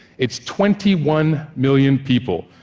it's twenty one million people,